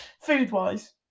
Food-wise